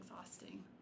exhausting